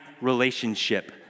relationship